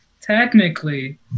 technically